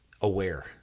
aware